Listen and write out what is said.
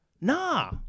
Nah